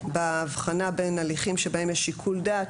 בהבחנה בין הליכים שבהם יש שיקול דעת